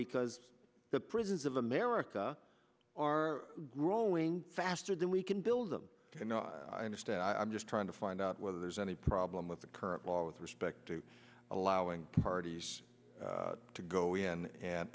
because the prisons of america are growing faster than we can build them and i understand i'm just trying to find out whether there's any problem with the current law with respect to allowing parties to go in a